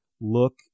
look